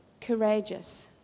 courageous